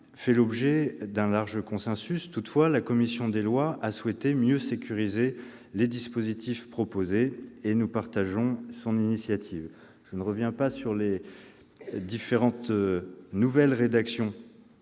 fait l'objet d'un large consensus. Toutefois, la commission des lois a souhaité mieux sécuriser les dispositifs proposés ; nous partageons son initiative. Je ne reviendrai pas sur les diverses nouvelles rédactions